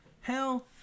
Hell